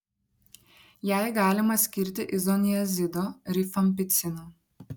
jai galima skirti izoniazido rifampicino